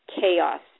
chaos